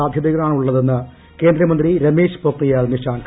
സാധ്യതകളാണ് ഉള്ളതെന്ന് ക്ലേന്ദ്രമന്ത്രി രമേഷ് പൊഖ്രിയാൽ നിഷാങ്ക്